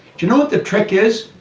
do you know what the trick is?